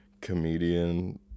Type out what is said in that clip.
comedian